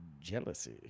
jealousy